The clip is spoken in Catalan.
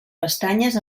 pestanyes